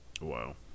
Wow